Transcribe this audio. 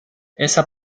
esa